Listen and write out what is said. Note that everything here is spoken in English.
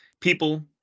people